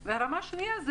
והשנייה,